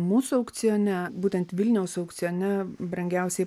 mūsų aukcione būtent vilniaus aukcione brangiausiai